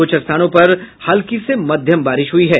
कुछ स्थानों पर हल्की से मध्यम बारिश हुई है